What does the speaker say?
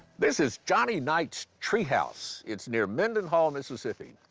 this is johnny knight's treehouse. it's near mendenhall, mississippi.